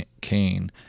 Cain